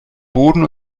boden